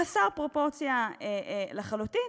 חסר פרופורציה לחלוטין,